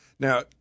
Now